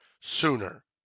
sooner